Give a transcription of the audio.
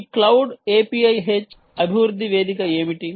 ఈ cloud API h అభివృద్ధి వేదిక ఏమిటి